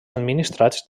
administrats